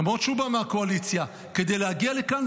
למרות שהוא בא מהקואליציה, כדי להגיע לכאן.